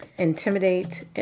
Intimidate